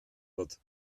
wird